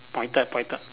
pointed pointed